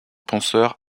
penseur